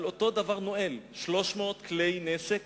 על אותו דבר נואל, 300 כלי נשק